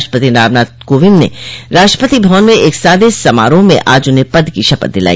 राष्ट्रपति रामनाथ कोविंद ने राष्ट्रपति भवन में एक सादे समारोह में आज उन्हें पद की शपथ दिलाई